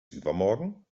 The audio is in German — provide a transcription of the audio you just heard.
übermorgen